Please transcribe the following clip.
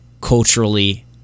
culturally